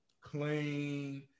clean